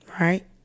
right